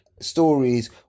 stories